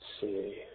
see